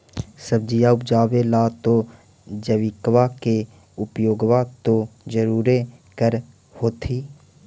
सब्जिया उपजाबे ला तो जैबिकबा के उपयोग्बा तो जरुरे कर होथिं?